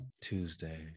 Tuesday